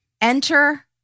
Enter